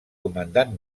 comandant